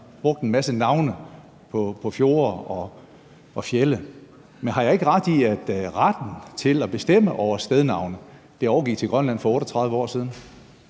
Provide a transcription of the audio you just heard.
der har navngivet fjorde og fjelde, men har jeg ikke ret i, at retten til at bestemme over stednavne overgik til Grønland for 38 år siden?